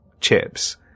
chips